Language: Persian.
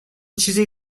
چیزی